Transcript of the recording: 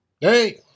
Hey